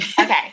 Okay